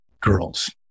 girls